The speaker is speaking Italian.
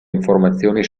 informazioni